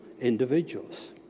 individuals